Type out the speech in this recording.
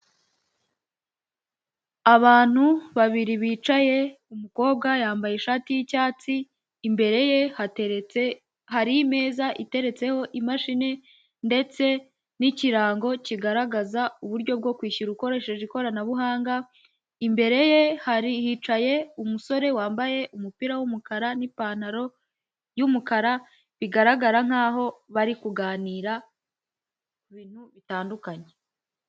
Abantu babiri bicaye umukobwa yambaye ishati yicyatsi imbere ye hateretse hari imeza iteretseho imashini ndetse n'ikirango kigaragaza uburyo bwo kwishyura ukoresheje ikoranabuhanga imbere ye hari hicaye umusore wambaye umupira wumukara nipantaro yumukara bigaragara nkaho bari kuganira bintu bitandukanye.